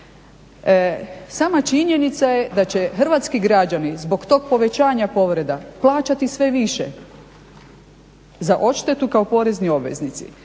Sama činjenica je da će hrvatski građani zbog tog povećanja povreda plaćati sve više za odštetu kao porezni obveznici